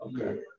Okay